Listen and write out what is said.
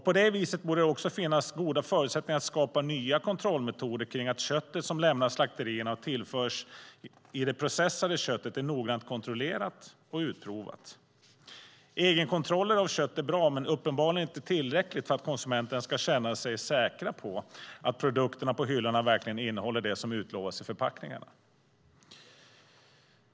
På det viset borde det också finnas goda förutsättningar att skapa nya kontrollmetoder, så att köttet som lämnar slakterierna och tillförs till det processade köttet är noggrant kontrollerat och utprovat. Egenkontroller av kött är bra, men uppenbarligen inte tillräckligt för att konsumenterna ska känna sig säkra på att produkterna på hyllorna verkligen innehåller det som utlovas på förpackningarna.